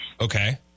Okay